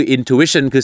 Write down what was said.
Intuition